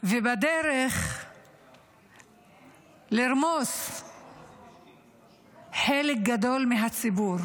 ובדרך לרמוס חלק גדול מהציבור